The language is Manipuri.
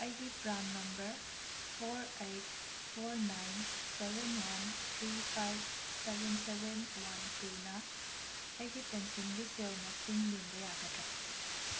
ꯑꯩꯒꯤ PRAN number four eight four nine seven one three five seven seven one two ꯅ ꯑꯩꯒꯤ ꯄꯦꯟꯁꯟꯒꯤ ꯁꯦꯜ ꯃꯁꯤꯡ ꯌꯦꯡꯕ ꯌꯥꯒꯗ꯭ꯔꯥ